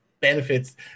benefits –